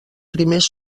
primers